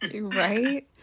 right